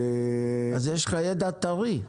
אם כן, יש לך ידע טרי.